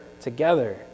together